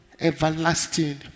Everlasting